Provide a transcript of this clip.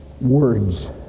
words